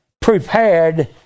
prepared